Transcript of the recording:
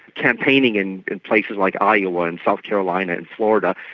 campaigning and in places like iowa and south carolina and florida,